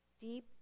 deep